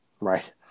Right